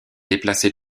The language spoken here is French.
déplacé